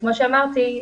כמו שאמרתי,